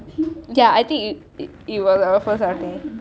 ya I think it was our first outing